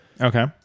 Okay